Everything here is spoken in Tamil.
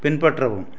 பின்பற்றவும்